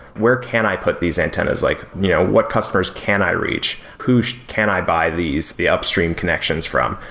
where can i put these antennas? like you know what customers can i reach? who can i buy these, the upstream connections from?